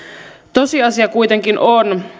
tosiasia kuitenkin on